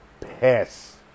Piss